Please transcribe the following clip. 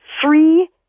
three